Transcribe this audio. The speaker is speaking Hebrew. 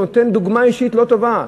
הוא נותן דוגמה אישית לא טובה.